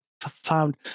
found